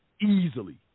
easily